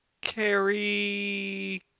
Carrie